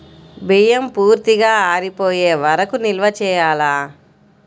బియ్యం పూర్తిగా ఆరిపోయే వరకు నిల్వ చేయాలా?